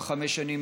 בחמש שנים,